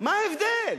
מה ההבדל?